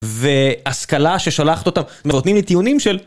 והשכלה ששולחת אותם, ונותנים לי טיעונים של...